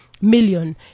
million